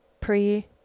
pre